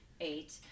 eight